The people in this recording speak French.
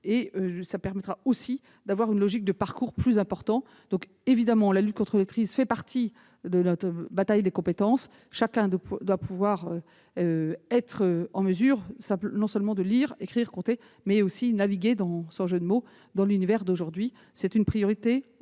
permettront une logique de parcours plus importante. Évidemment, la lutte contre l'illettrisme fait partie de la bataille des compétences. Chacun doit être en mesure non seulement de lire, écrire, compter, mais aussi de naviguer- sans jeu de mots -dans l'univers d'aujourd'hui. C'est une priorité